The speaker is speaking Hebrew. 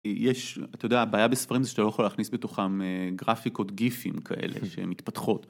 יש, אתה יודע, הבעיה בספרים זה שאתה לא יכול להכניס בתוכם גרפיקות גיפים כאלה שמתפתחות.